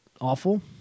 awful